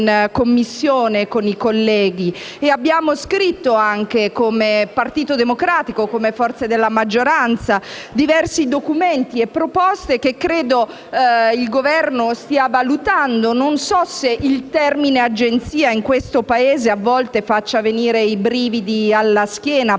abbiamo scritto anche, come Partito Democratico e come forze della maggioranza, diversi documenti e proposte che credo il Governo stia valutando. Non so se il termine «agenzia» in questo Paese a volte faccia venire i brividi alla schiena,